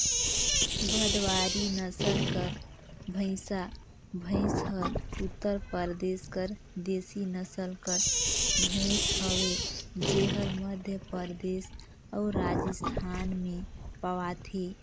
भदवारी नसल कर भंइसा भंइस हर उत्तर परदेस कर देसी नसल कर भंइस हवे जेहर मध्यपरदेस अउ राजिस्थान में पवाथे